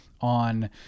on –